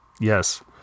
Yes